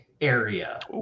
area